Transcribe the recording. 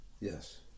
yes